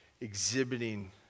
exhibiting